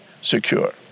secure